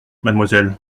mademoiselle